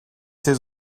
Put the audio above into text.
ses